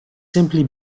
simply